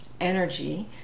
energy